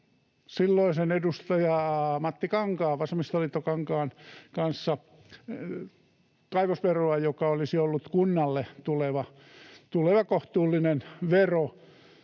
silloisen vasemmistoliiton edustajan Matti Kankaan kanssa kaivosveroa, joka olisi ollut kunnalle tuleva kohtuullinen vero,